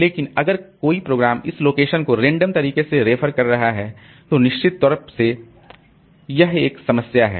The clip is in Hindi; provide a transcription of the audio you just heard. लेकिन अगर कोई प्रोग्राम इस लोकेशन को रेंडम तरीके से रेफर कर रहा है तो निश्चित रूप से यह एक समस्या है